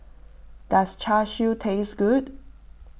does Char Siu taste good